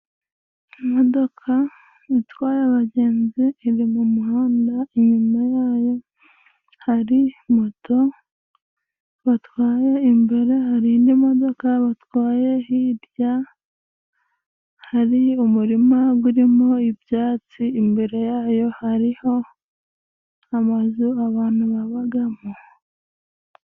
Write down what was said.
Imodoka itwaye abagenzi iri mu muhanda. Inyuma yayo hari moto batwaye, imbere hari indi modoka batwaye. Hirya hari umurima gurimo ibyatsi, imbere yayo hariho amazu abantu babagamo.